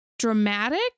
dramatic